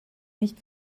nicht